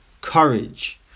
Courage